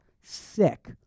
sick